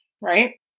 right